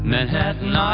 Manhattan